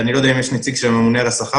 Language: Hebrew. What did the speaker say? אני לא יודע אם יש נציג של הממונה על השכר,